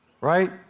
right